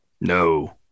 No